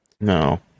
No